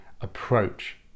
approach